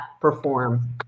perform